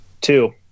Two